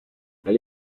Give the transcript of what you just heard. ally